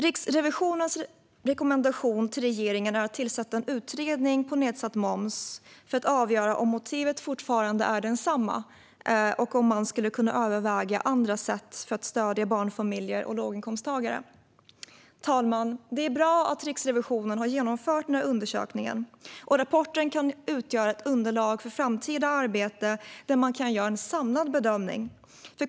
Riksrevisionens rekommendation till regeringen är att tillsätta en utredning om nedsatt moms för att avgöra om motivet fortfarande är detsamma och att överväga andra sätt att stödja barnfamiljer och låginkomsttagare. Herr talman! Det är bra att Riksrevisionen har genomfört den här undersökningen. Rapporten kan utgöra ett underlag för framtida arbete, där man kan göra en samlad bedömning.